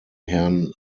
herrn